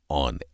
on